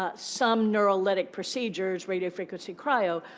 ah some neurolytic procedures radiofrequency-cryo.